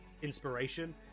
inspiration